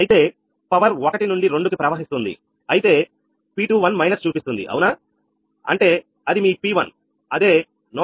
అయితే పవర్1 నుండి 2 కి ప్రవహిస్తుంది అయితే P21 మైనస్ చూపిస్తుంది అవునా అంటే అది మీ P1 అదే 181